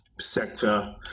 sector